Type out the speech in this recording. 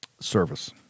service